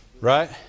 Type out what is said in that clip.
Right